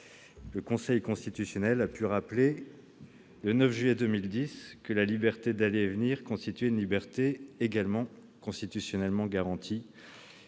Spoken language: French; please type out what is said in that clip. Le Conseil constitutionnel a pu rappeler, le 9 juillet 2010, que la liberté d'aller et venir constituait également une liberté constitutionnellement garantie.